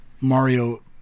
Mario